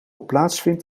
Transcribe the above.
plaatsvindt